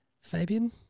Fabian